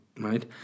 right